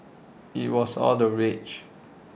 IT was all the rage